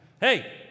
Hey